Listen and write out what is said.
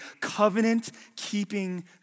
covenant-keeping